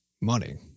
money